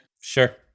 Sure